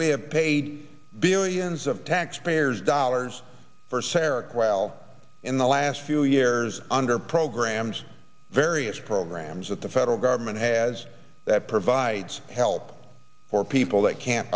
we have paid billions of taxpayers dollars for serach well in the last few years under programs various programs that the federal government has that provides help for people that can't